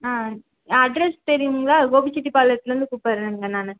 ஆ ஏ அட்ரஸ் தெரியுங்களா கோபிச்செட்டிபாளையத்துலருந்து கூப்பிட்றேங்க நான்